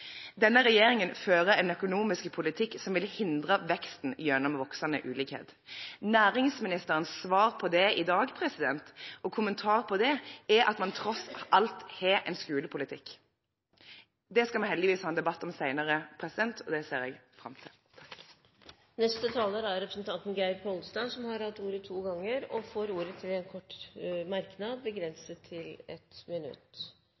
Denne regjeringen fører en økonomisk politikk som vil hindre veksten gjennom voksende ulikheter. Næringsministerens svar på og kommentar til det i dag er at man tross alt har en skolepolitikk. Det skal vi heldigvis ha en debatt om senere i dag, og det ser jeg fram til. Representanten Geir Pollestad har hatt ordet to ganger tidligere og får ordet til en kort merknad, begrenset til 1 minutt.